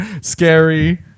Scary